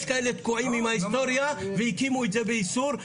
יש כאלה תקועים עם ההיסטוריה והקימו את זה באיסור,